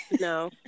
No